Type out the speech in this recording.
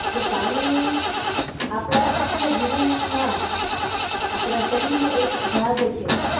એટલે પાણી આપણા આખા જીવનમાં આપણા શરીરનો એક ભાગ છે